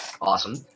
Awesome